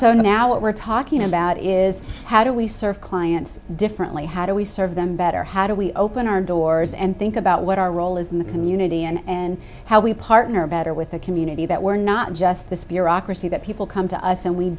what we're talking about is how do we serve clients differently how do we serve them better how do we open our doors and think about what our role is in the community and how we partner better with the community that we're not just this bureaucracy that people come to us and we